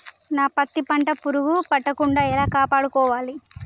నా పత్తి పంట పురుగు పట్టకుండా ఎలా కాపాడుకోవాలి?